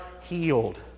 healed